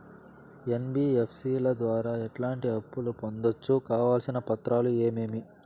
NBFC ల ద్వారా ఎట్లాంటి అప్పులు పొందొచ్చు? కావాల్సిన పత్రాలు ఏమేమి?